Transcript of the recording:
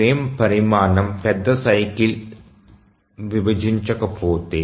frame పరిమాణం పెద్ద cycle విభజించకపోతే